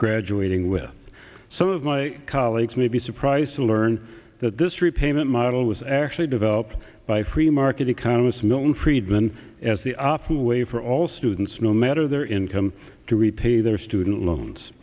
graduating with some of my colleagues may be surprised to learn that this repayment model was actually developed by free market economist milton friedman as the way for all students no matter their income to repay their student loans